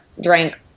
drank